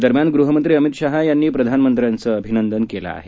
दरम्यान गृहमंत्री अमित शाह यांनी प्रधानमंत्र्यांचं अभिनंदन केलं आहे